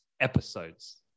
episodes